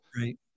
Right